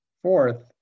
Fourth